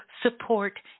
support